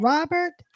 Robert